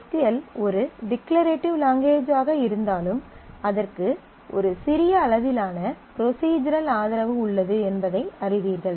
S Q L ஒரு declarative language ஆக இருந்தாலும் அதற்கு ஒரு சிறிய அளவிலான ப்ரொஸிஜரல் ஆதரவு உள்ளது என்பதை அறிவீர்கள்